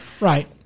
right